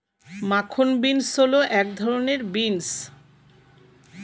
মাখন বিন্স হল এক ধরনের বিন্স